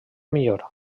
millor